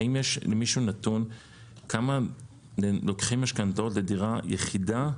האם למישהו נתון כמה לוקחים משכנתאות לדירה יחידה?